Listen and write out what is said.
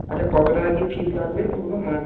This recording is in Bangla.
আচ্ছা কত টাকা কী ফিজ লাগবে একটু বলুন মানে